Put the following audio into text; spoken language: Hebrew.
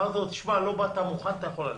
אמרתי לו: תשמע, לא באת מוכן, אתה יכול ללכת.